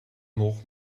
nog